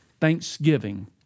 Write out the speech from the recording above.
Thanksgiving